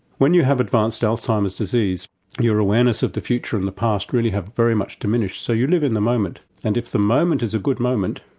when you have advanced alzheimer's disease your awareness of the future and the past really have very much diminished, so you live in the moment. and if the moment is a good moment,